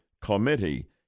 Committee